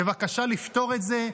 בבקשה לפתור את זה.